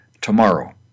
Tomorrow